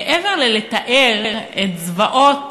מעבר לתיאור זוועות